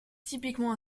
typiquement